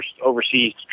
overseas